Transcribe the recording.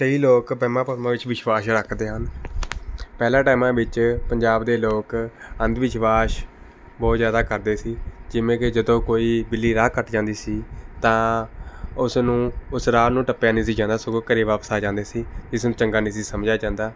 ਕਈ ਲੋਕ ਵਹਿਮਾਂ ਭਰਮਾਂ ਵਿੱਚ ਵਿਸ਼ਵਾਸ ਰੱਖਦੇ ਹਨ ਪਹਿਲੇ ਟਾਈਮਾਂ ਵਿੱਚ ਪੰਜਾਬ ਦੇ ਲੋਕ ਅੰਧ ਵਿਸ਼ਵਾਸ ਬਹੁਤ ਜ਼ਿਆਦਾ ਕਰਦੇ ਸੀ ਜਿਵੇਂ ਕਿ ਜਦੋਂ ਕੋਈ ਬਿੱਲੀ ਰਾਹ ਕੱਟ ਜਾਂਦੀ ਸੀ ਤਾਂ ਉਸ ਨੂੰ ਉਸ ਰਾਹ ਨੂੰ ਟੱਪਿਆ ਨਹੀਂ ਸੀ ਜਾਂਦਾ ਸਗੋਂ ਘਰ ਵਾਪਿਸ ਆ ਜਾਂਦੇ ਸੀ ਇਸ ਨੂੰ ਚੰਗਾ ਨਹੀਂ ਸੀ ਸਮਝਿਆ ਜਾਂਦਾ